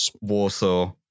Warsaw